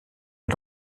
est